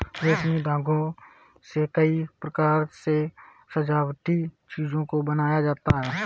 रेशमी धागों से कई प्रकार के सजावटी चीजों को बनाया जाता है